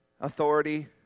authority